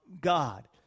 God